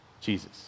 Jesus